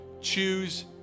Choose